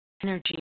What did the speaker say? energy